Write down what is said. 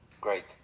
Great